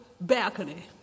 balcony